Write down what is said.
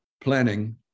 planning